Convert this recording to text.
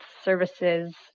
Services